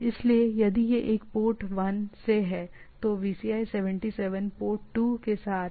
इसलिए यदि यह एक पोर्ट पोर्ट 1 से है तो VCI 77 पोर्ट 2 के साथ यह VCI 14 में जाएगा